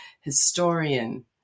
historian